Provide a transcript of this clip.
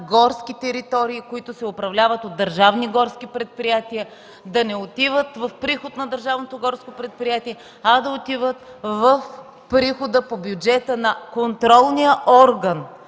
горски територии, които се управляват от държавни горски предприятия – да не отиват в приход на държавното горско предприятие, а да отиват в приход по бюджета на контролния орган